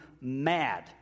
mad